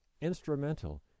instrumental